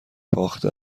فاخته